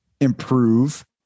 improve